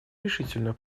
решительную